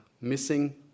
Missing